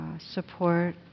support